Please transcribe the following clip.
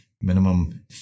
minimum